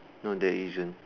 no there isn't